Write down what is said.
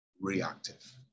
reactive